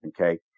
okay